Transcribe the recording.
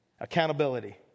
accountability